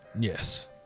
Yes